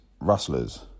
Rustlers